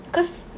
cause